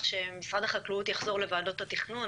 שמשרד החקלאות יחזור לוועדות התכנון,